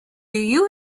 you